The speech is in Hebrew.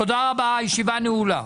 תודה רבה, הישיבה נעולה.